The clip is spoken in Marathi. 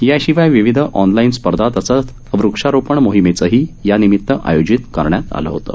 याशिवाय विविध ऑनलाईन स्पर्धा तसंच वक्षारोपण मोहीमेचंही यानिमीतानं आयोजन करण्यात आलं होतं